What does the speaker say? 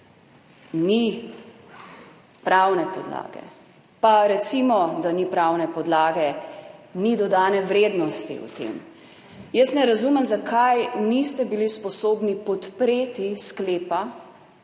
ni pravne podlage. Pa recimo, da ni pravne podlage, ni dodane vrednosti v tem. Jaz ne razumem zakaj niste bili sposobni podpreti sklepa,